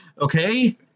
Okay